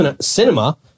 Cinema